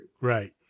Right